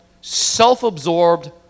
self-absorbed